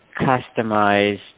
customized